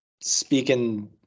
speaking